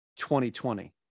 2020